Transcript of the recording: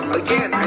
again